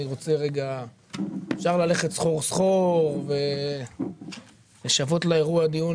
אפשר ללכת סחור-סחור ולשוות לאירוע דיון